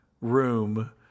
room